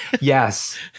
Yes